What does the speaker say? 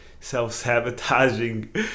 self-sabotaging